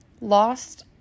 Lost